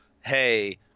hey